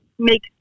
make